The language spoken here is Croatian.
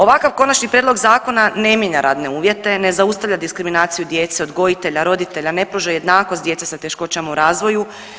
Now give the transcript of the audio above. Ovakav konačni prijedlog zakona ne mijenja radne uvjete, ne zaustavlja diskriminaciju djece odgojitelja, roditelja, ne pruža jednakost djece sa teškoćama u razvoju.